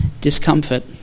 discomfort